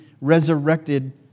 resurrected